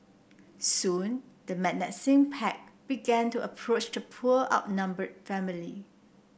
soon the menacing pack began to approach the poor outnumbered family